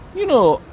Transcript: you know,